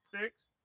Six